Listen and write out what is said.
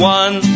one